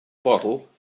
bottle